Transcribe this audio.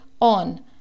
on